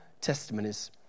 testimonies